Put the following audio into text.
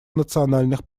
национальных